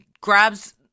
grabs